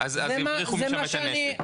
אז יבריחו משם את הנשק.